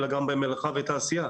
אלא גם במלאכה ותעשייה,